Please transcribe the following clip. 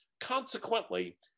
Consequently